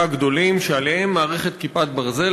הגדולים שעליהם מערכת "כיפת ברזל",